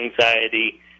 anxiety